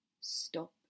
stop